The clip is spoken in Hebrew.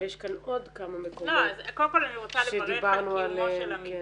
אבל יש כאן עוד כמה מקומות שדיברנו עליהם